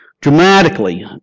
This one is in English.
dramatically